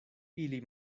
ili